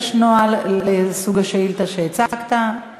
יש נוהל לסוג השאילתה שהצגת.